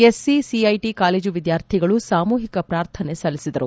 S C CIT college ವಿದ್ಯಾರ್ಥಿಗಳು ಸಾಮೂಹಿಕ ಪ್ರಾರ್ಥನೆ ಸಲ್ಲಿಸಿದರು